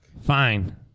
Fine